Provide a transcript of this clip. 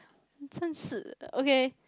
你沉思 lah okay